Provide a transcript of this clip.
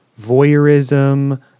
voyeurism